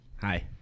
Hi